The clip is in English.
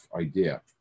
idea